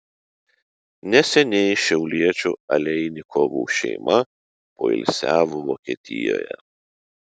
neseniai šiauliečių aleinikovų šeima poilsiavo vokietijoje